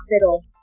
hospital